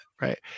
Right